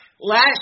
Last